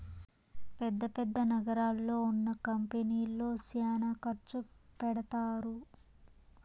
పెద్ద పెద్ద నగరాల్లో ఉన్న కంపెనీల్లో శ్యానా ఖర్చు పెడతారు